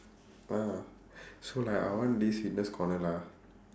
so like I want this fitness corner lah